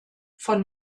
vor